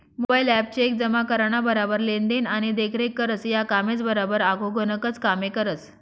mobile app cheque जमा कराना बराबर लेन देन आणि देखरेख करस, या कामेसबराबर आखो गनच कामे करस